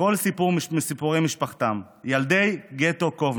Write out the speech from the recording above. כל סיפור מסיפורי משפחתם: "ילדי גטו קובנה".